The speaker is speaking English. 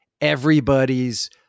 everybody's